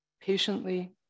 patiently